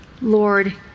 Lord